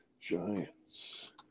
Giants